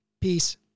peace